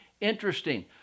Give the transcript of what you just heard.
interesting